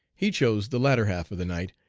he chose the latter half of the night,